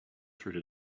through